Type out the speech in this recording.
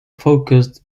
focused